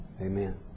Amen